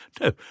No